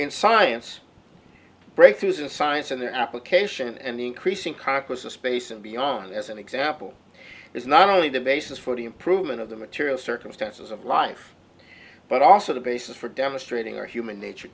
in science breakthroughs in science in their application and the increasing caucus of space and beyond as an example is not only the basis for the improvement of the material circumstances of life but also the basis for demonstrating our human nature